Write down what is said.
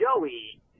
Joey